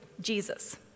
Jesus